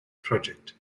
project